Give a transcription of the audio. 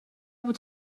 able